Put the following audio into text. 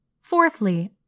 Fourthly